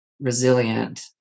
resilient